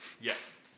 Yes